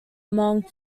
among